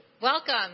Welcome